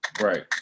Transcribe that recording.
right